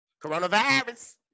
Coronavirus